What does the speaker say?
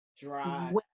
Dry